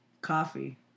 Coffee